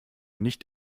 nicht